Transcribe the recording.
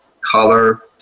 color